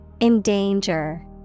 Endanger